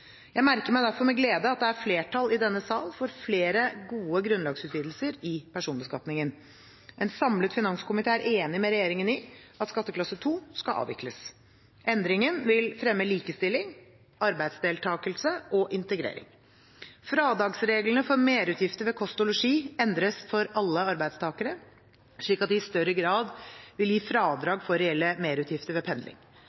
Jeg merker meg derfor med glede at det er flertall i denne sal for flere gode grunnlagsutvidelser i personbeskatningen. En samlet finanskomité er enig med regjeringen i at skatteklasse 2 skal avvikles. Endringen vil fremme likestilling, arbeidsdeltakelse og integrering. Fradragsreglene for merutgifter ved kost og losji endres for alle arbeidstakere, slik at de i større grad vil gi